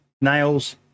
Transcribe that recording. nails